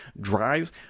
drives